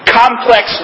complex